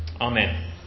Amen